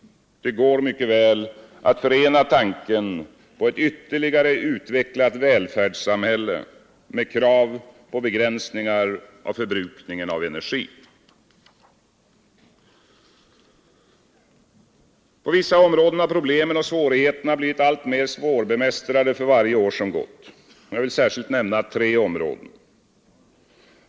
Det går mycket väl att förena tanken på ett ytterligare utvecklat välfärdssamhälle med krav på begränsningar av förbrukningen av energi. På vissa områden har problemen och svårigheterna blivit alltmer svårbemästrade för varje år som gått. Jag vill särskilt nämna tre områden.